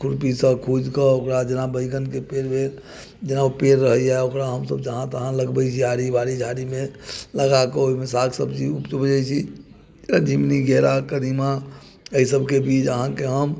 खुरपी से खोदि कऽ ओकरा जेना बैंगन के पेड़ भेल जेना ओ पेड़ रहैया ओकरा हमसब जहाँ तहाँ लगबै छियै आरी बारी झारी मे लगा के ओहिमे साग सब्जी उपजबै छी झिंगुनी केरा कदिमा अछि सबके बीज अहाँके हम